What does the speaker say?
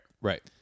Right